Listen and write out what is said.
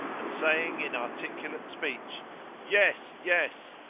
and saying in articulate speech yes! yes!